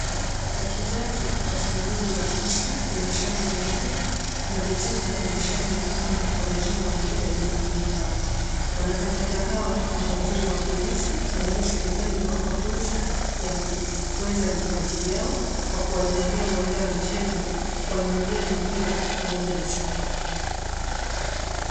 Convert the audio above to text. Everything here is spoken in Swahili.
Wachezaji wa timu mbili za posta wenye sare nyeupe na betika wenye sare nyekundu wanachunga mpira ili kufunga bao. Wanakandanda hawa ni waajiri wa polisi na hivyo serikali imewapa fursa ya kuweza vipaji vyao, kwa kuwajengea uwanja wa michezo, kwa wanunulia mipira pamoja na sare.